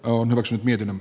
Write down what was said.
onneksi niiden